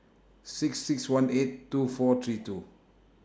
six six one eight two four three two